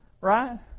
right